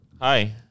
Hi